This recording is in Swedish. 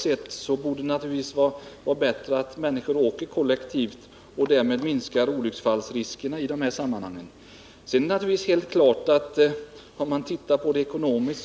Det bör även totalt sett vara fördelaktigt att människor åker kollektivt, så att olycksfallsriskerna på vägarna kan minskas. Men ekonomiskt